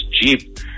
jeep